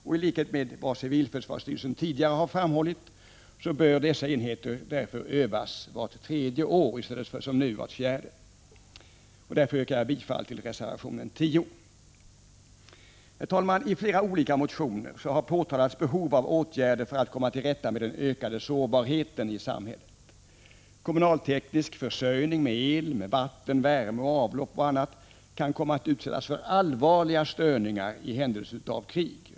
I likhet med vad civilförsvarsstyrelsen tidigare har framhållit bör dessa enheter därför övas vart tredje år i stället för som nu vart fjärde. Jag yrkar bifall till reservation 10. Herr talman! I flera olika motioner har påpekats behovet av åtgärder för att komma till rätta med den ökade sårbarheten i samhället. Kommunalteknisk försörjning med el, vatten, värme och avlopp m.m. kan komma att utsättas för allvarliga störningar i händelse av krig.